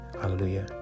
hallelujah